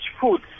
food